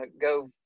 go